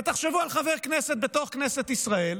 ותחשבו על חבר כנסת בתוך כנסת ישראל,